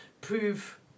prove